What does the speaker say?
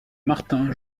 martin